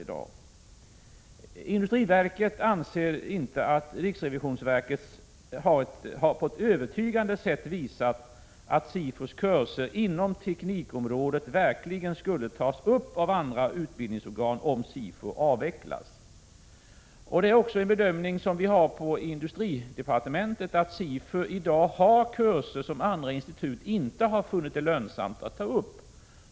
Statens industriverk anser inte att riksrevisionsverket på ett övertygande sätt har visat att SIFU:s kurser inom teknikområdet verkligen skulle tas upp av andra utbildningsorgan om SIFU avvecklas. Det är också en bedömning som vi har gjort på industridepartementet — att SIFU i dag har kurser som andra institut inte har funnit lönsamma att ta upp.